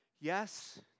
yes